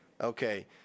Okay